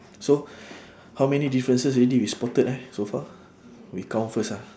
so how many differences already we spotted ah so far we count first ah